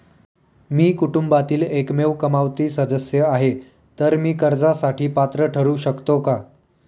मी कुटुंबातील एकमेव कमावती सदस्य आहे, तर मी कर्जासाठी पात्र ठरु शकतो का?